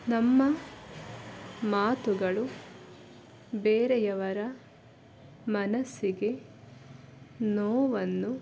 ನಮ್ಮ ಮಾತುಗಳು ಬೇರೆಯವರ ಮನಸ್ಸಿಗೆ ನೋವನ್ನು